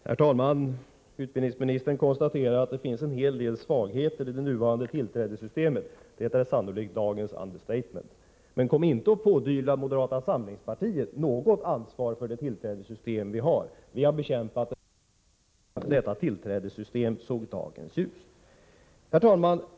Herr talman! Utbildningsministern konstaterar att det finns en hel del svagheter i det nuvarande tillträdessystemet. Det är sannolikt dagens understatement. Men kom inte och pådyvla moderata samlingspartiet något ansvar för det tillträdessystem som finns. Vi har bekämpat det från det första ögonblicket detta tillträdessystem såg dagens ljus. Herr talman!